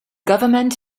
government